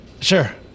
Sure